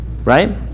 Right